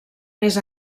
més